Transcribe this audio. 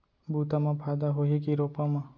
बुता म फायदा होही की रोपा म?